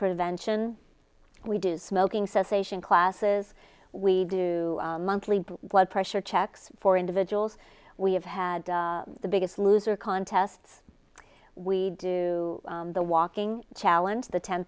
prevention we do smoking cessation classes we do monthly blood pressure checks for individuals we have had the biggest loser contests we do the walking challenge the ten